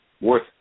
worth